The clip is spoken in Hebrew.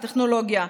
טכנולוגיה,